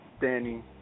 Danny